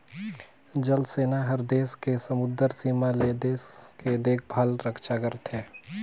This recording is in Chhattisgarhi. जल सेना हर देस के समुदरर सीमा ले देश के देखभाल रक्छा करथे